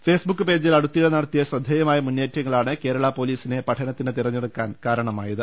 face book പേജിൽ അടുത്തിടെ നടത്തിയ ശ്രദ്ധേയമായ മുന്നേറ്റങ്ങളാണ് കേരള പൊലീസിനെ പഠനത്തിന് തെരഞ്ഞെടുക്കാൻ കാരണമായത്